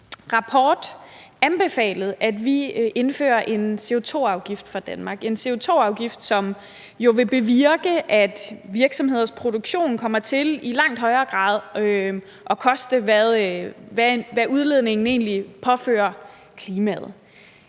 rapport anbefalet, at vi indfører en CO₂-afgift for Danmark – en CO₂-afgift, som jo vil bevirke, at virksomheders produktion kommer til i langt højere grad at koste, hvad udledningen egentlig påfører klimaet.